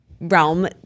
realm